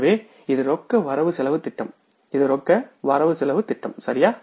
எனவே இது ரொக்க திட்ட பட்டியல் இது ரொக்க திட்ட பட்டியல் சரியா